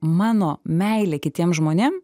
mano meilė kitiem žmonėm